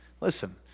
Listen